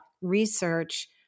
research